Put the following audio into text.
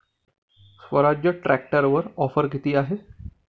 स्वराज्य ट्रॅक्टरवर ऑफर किती आहे?